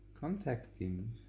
Contacting